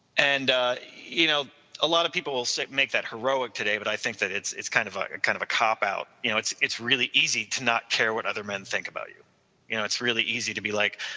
and ah you know a lot of people will set make that heroic today, but i think it's it's kind of kind of cop out, you know it's it's really easy to not care what other men think about you. you know it's really easy to be like,